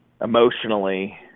emotionally